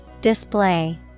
Display